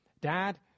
Dad